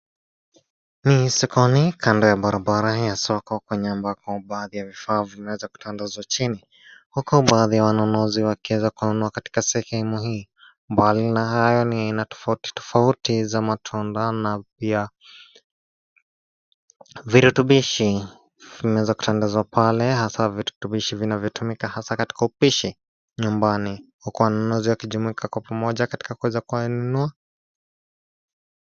Ni sokoni kando ya barabara ya soko kwenye ambako baadhi ya vifaa vimeweza kutandazwa chini, huku baadhi ya wanunuzi wakiweza kununua katika sehemu hii, mbali na hayo ni aina tofauti tofauti za matunda na pia, virutubishi, vimeweza kutandazwa pale hasaa virutubishi vinavyotumika hasaa katika upishi, nyumbani, huku wanunuzi walijumuika kwa pamoja katika kuweza kuyanunua.